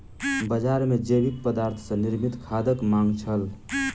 बजार मे जैविक पदार्थ सॅ निर्मित खादक मांग छल